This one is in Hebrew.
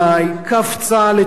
קפצה לתוכם,